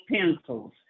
pencils